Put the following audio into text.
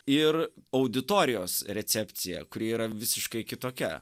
ir auditorijos recepcija kuri yra visiškai kitokia